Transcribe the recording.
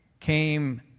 came